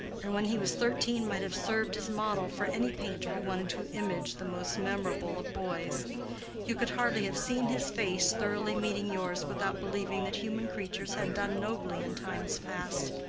and when he was thirteen might have served as model for any painter who wanted to image the most memorable of boys you could hardly have seen his face thoroughly meeting yours without believing that human creatures had done nobly in times past,